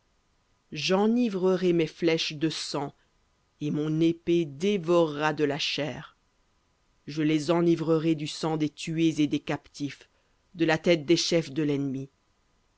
j'enivrerai mes flèches de sang et mon épée dévorera de la chair du sang des tués et des captifs de la tête des chefs de l'ennemi